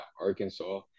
Arkansas